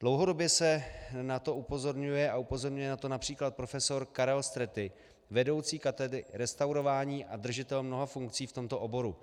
Dlouhodobě se na to upozorňuje a upozorňuje na to například profesor Karel Stretti, vedoucí katedry restaurování a držitel mnoha funkcí v tomto oboru.